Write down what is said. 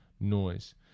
noise